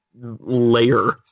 layer